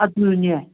ꯑꯗꯨꯅꯦ